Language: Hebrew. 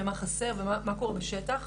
מה חסר ומה קורה בשטח.